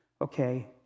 Okay